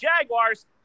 Jaguars